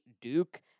Duke